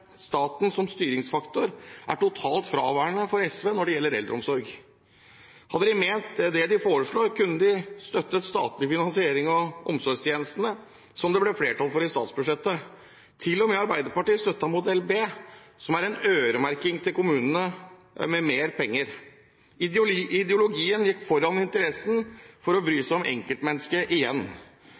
staten som styringsfaktor er totalt fraværende hos SV når det gjelder eldreomsorg. Hadde de ment det de foreslår, kunne de støttet statlig finansiering av omsorgstjenestene, som det ble flertall for i statsbudsjettet. Til og med Arbeiderpartiet støttet modell B, som er en øremerking av mer penger til kommunene. Ideologien gikk foran interessen for å bry seg om enkeltmennesket – igjen.